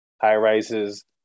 high-rises